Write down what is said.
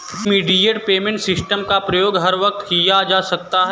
immediate payment system का प्रयोग हर वक्त किया जा सकता है